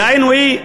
אולמרט,